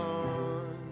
on